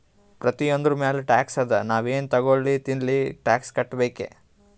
ಪ್ರತಿಯೊಂದ್ರ ಮ್ಯಾಲ ಟ್ಯಾಕ್ಸ್ ಅದಾ, ನಾವ್ ಎನ್ ತಗೊಲ್ಲಿ ತಿನ್ಲಿ ಟ್ಯಾಕ್ಸ್ ಕಟ್ಬೇಕೆ